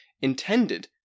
intended